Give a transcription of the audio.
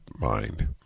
mind